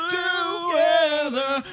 together